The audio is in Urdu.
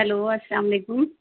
ہیلو السلام علیکم